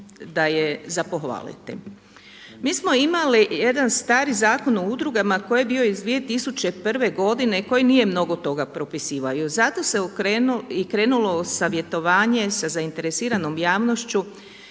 da je za pohvaliti. Mi smo imali jedan stari Zakon o udrugama koji je bio iz 2001. godine koji nije mnogo toga propisivao i zato se krenulo u savjetovanje sa zainteresiranom javnošću